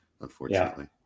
unfortunately